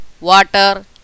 water